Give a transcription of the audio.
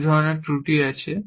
দুই ধরনের ত্রুটি আছে